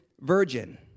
virgin